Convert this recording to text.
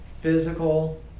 physical